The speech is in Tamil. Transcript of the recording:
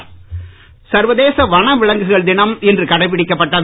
வனவிலங்கு தினம் சர்வதேச வனவிலங்குகள் தினம் இன்று கடைபிடிக்கப்பட்டது